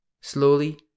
Slowly